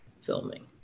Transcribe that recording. filming